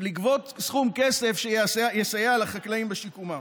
סכום כסף שיסייע לחקלאים בשיקומם.